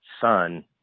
son